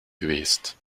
geweest